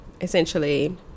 essentially